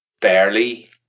barely